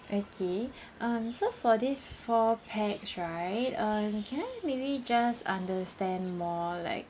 okay um so for these four pax right uh can I maybe just understand more like